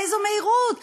באיזה מהירות,